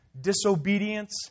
disobedience